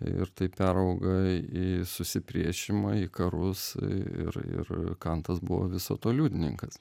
ir tai perauga į susipriešinimą į karus ir ir kantas buvo viso to liudininkas